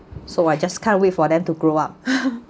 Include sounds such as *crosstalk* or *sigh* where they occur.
so I just can't wait for them to grow up *laughs*